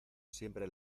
siempre